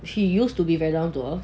she used to be very down to earth